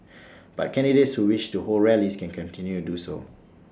but candidates who wish to hold rallies can continue do so